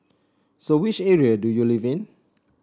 so which area do you live in